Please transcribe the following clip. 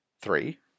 three